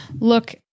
look